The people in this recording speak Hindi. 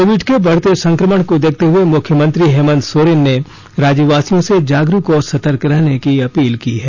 कोविड के बढ़ते संकमण को देखते हुए मुख्यमंत्री हेमंत सोरेन ने राज्यवासियों से जागरूक और सतर्क रहने की अपील की है